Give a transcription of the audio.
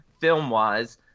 film-wise